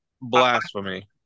Blasphemy